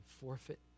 forfeit